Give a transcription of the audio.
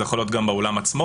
זה יכול להיות גם באולם עצמו,